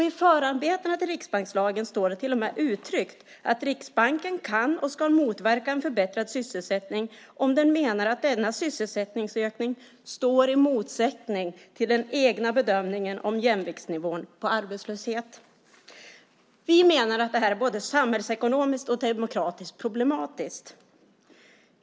I förarbetena till riksbankslagen står det till och med uttryckt att Riksbanken kan och ska motverka en förbättrad sysselsättning om den menar att denna sysselsättningsökning står i motsättning till den egna bedömningen om jämviktsnivån på arbetslöshet. Vi menar att det här är både samhällsekonomiskt och demokratiskt problematiskt.